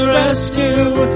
rescue